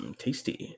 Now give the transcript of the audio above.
tasty